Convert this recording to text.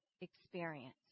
experience